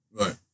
Right